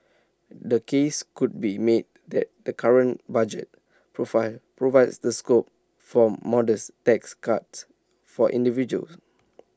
the case could be made that the current budget profile provides the scope for modest tax cuts for individuals